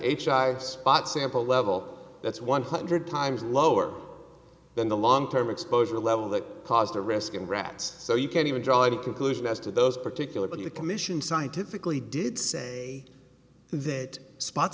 child spot sample level that's one hundred times lower than the long term exposure level that caused a risk in rats so you can't even draw any conclusion as to those particular but the commission scientifically did say that spot